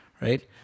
right